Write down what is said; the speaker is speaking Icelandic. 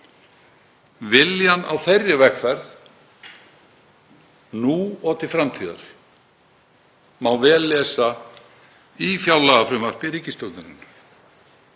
Viljann á þeirri vegferð nú og til framtíðar má vel lesa í fjárlagafrumvarpi ríkisstjórnarinnar